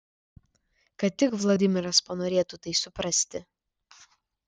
kad tik vladimiras panorėtų tai suprasti